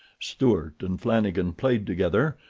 stuart and flanagan played together,